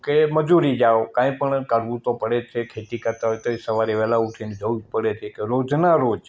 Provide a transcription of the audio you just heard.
કે મજૂરી જાઓ કંઇપણ કરવું તો પડે જ છે ખેતી કરતા હોય તોય સવારે વહેલાં ઉઠીને જવું જ પડે ખેતર રોજનાં રોજ